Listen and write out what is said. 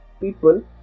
people